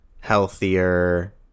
healthier